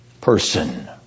person